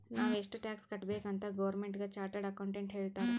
ನಾವ್ ಎಷ್ಟ ಟ್ಯಾಕ್ಸ್ ಕಟ್ಬೇಕ್ ಅಂತ್ ಗೌರ್ಮೆಂಟ್ಗ ಚಾರ್ಟೆಡ್ ಅಕೌಂಟೆಂಟ್ ಹೇಳ್ತಾರ್